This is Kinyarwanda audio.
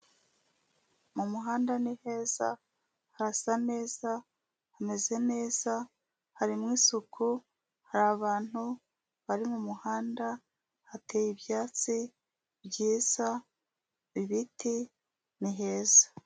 Mu muhanda ni heza, harasa neza, hameze neza, harimo isuku, hari abantu bari mu muhanda, hateye ibyatsi byiza, ibiti, ni heza.